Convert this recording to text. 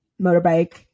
motorbike